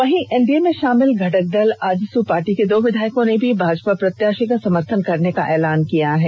वहीं एनडीए में शामिल घटक दल आजसू पार्टी के दो विधायकों ने भी भाजपा प्रत्याशी का समर्थन करने का ऐलान कर दिया है